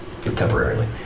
Temporarily